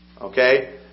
Okay